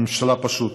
הממשלה פשוט